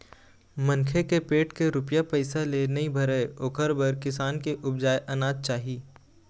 मनखे के पेट के रूपिया पइसा ले नइ भरय ओखर बर किसान के उपजाए अनाज चाही